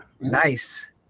Nice